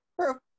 True